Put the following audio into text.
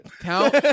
count